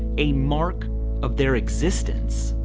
a mark of their existence.